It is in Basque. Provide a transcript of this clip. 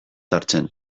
hartzen